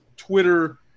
Twitter